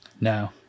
No